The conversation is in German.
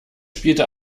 spielte